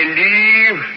leave